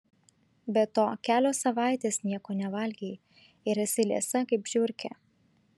be to kelios savaitės nieko nevalgei ir esi liesa kaip žiurkė